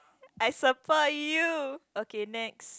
I support you okay next